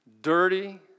dirty